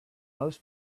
most